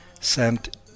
sent